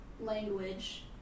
language